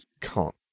can't—